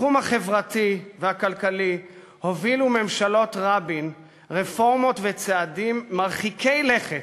בתחום החברתי והכלכלי הובילו ממשלות רבין רפורמות וצעדים מרחיקי לכת,